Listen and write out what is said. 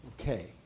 Okay